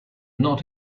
not